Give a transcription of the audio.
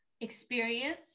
experience